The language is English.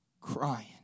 crying